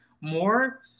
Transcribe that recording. more